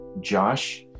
Josh